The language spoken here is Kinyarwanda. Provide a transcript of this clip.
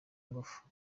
ingufu